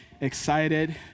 excited